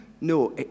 No